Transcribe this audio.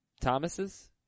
Thomas's